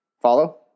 Follow